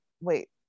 wait